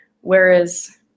Whereas